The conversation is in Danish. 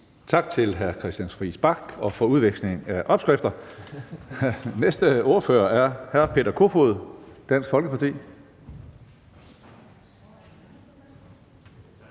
Tak til hr. Christian Friis Bach, også for udveksling af opskrifter. Næste ordfører er hr. Peter Kofod, Dansk Folkeparti.